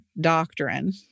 doctrine